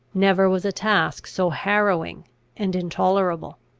never was a task so harrowing and intolerable!